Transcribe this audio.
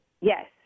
Yes